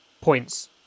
points